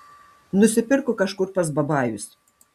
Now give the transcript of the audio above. nusipirko kažkur pas babajus